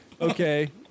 Okay